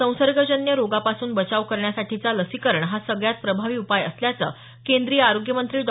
संसर्गजन्य रोगापासून बचाव करण्यासाठीचा लसीकरण हा सगळ्यात प्रभावी उपाय असल्याचं केंद्रीय आरोग्य मंत्री डॉ